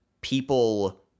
people